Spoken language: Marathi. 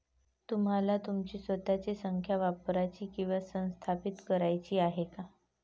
तुम्हाला तुमची स्वतःची संख्या वापरायची किंवा व्यवस्थापित करायची आहे का?